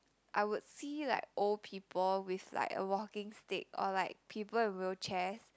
I would see like old people with like a walking stick or like people in wheelchairs